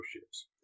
ships